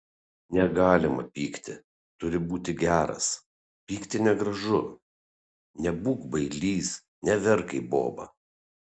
negalima pykti turi būti geras pykti negražu nebūk bailys neverk kaip boba